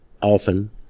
often